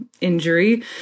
injury